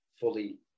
fully